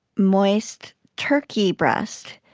moist turkey breast,